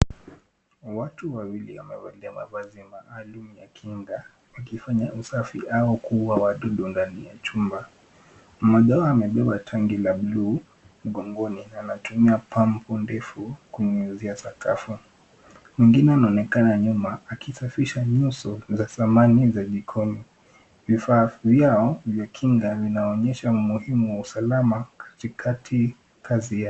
Watu wawili wamevalia mavazi maalum ya kinga wakifanya usafi au kuua wadudu ndani ya chumba. Mmoja wao amebeba tanki la bluu mgongoni anatumia pampu ndefu kunyunyuzia sakafu. Mwingine anaonekana nyuma akisafisha nyuso za samani za jikoni. Vifaa vyao vya kinga vinaonyesha umuhimu wa usalama katikati kazi ya...